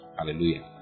Hallelujah